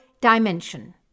dimension